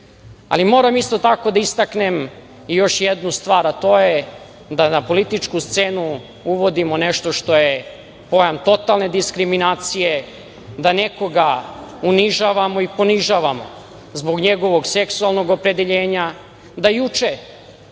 moram isto tako da istaknem i još jednu stvar, a to je da na političku scenu uvodimo nešto što je pojam totalne diskriminacije, da nekoga unižavamo i ponižavamo zbog njegovog seksualnog opredeljenja, da juče